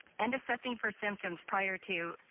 and assessing for symptoms prior to